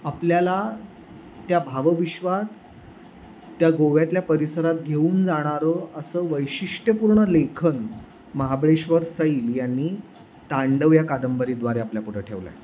आपल्याला त्या भावविश्वात त्या गोव्यातल्या परिसरात घेऊन जाणारं असं वैशिष्ट्यपूर्ण लेखन महाबळेश्वर सैल यांनी तांडव या कादंबरीद्वारे आपल्यापुढं ठेवलं आहे